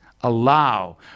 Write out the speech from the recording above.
allow